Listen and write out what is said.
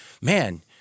man